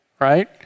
right